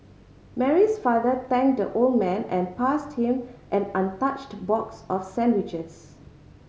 Mary's father thanked the old man and passed him an untouched box of sandwiches